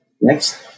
Next